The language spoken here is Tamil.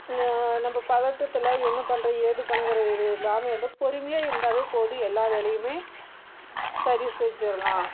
நம்ப பதட்டத்தில் என்ன பண்ணுறது ஏது பண்ணணுங்கிறது இது இல்லாமல் இருந்தால் பொறுமையாக இருந்தாலே போதும் எல்லா வேலையும் சரி செஞ்சிடலாம்